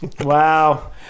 Wow